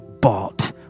bought